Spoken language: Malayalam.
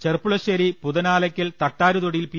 ചെർപ്പുളശ്ശേരി പുതനാലയ്ക്കൽ തട്ടാരൂതൊടിയിൽ പി